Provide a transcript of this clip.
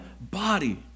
body